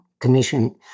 Commission